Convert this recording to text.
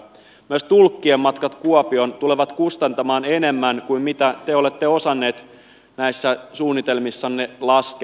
myös tulkkien matkat kuopioon tulevat kustantamaan enemmän kuin te olette osanneet näissä suunnitelmissanne laskea